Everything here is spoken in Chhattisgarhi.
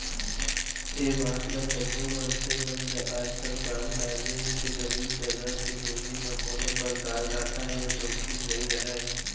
ए बात ल सब्बो मनसे मन आजकाल जान डारे हें के जमीन जघा के लेहे म कोनों परकार घाटा या जोखिम नइ रहय